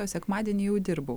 o sekmadienį jau dirbau